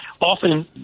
often